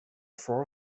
four